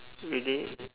really